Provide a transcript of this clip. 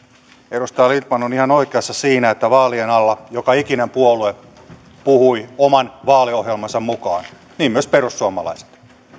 edustaja lindtman on ihan oikeassa siinä että vaalien alla joka ikinen puolue puhui oman vaaliohjelmansa mukaan niin myös perussuomalaiset